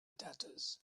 tatters